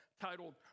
titled